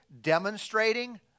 demonstrating